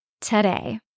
today